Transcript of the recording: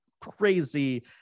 crazy